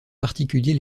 particulier